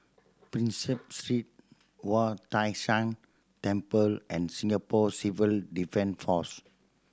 Prinsep Street Wu Tai Shan Temple and Singapore Civil Defence Force